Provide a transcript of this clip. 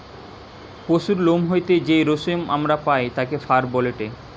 পশুর লোম হইতে যেই রেশম আমরা পাই তাকে ফার বলেটে